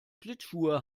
schlittschuhe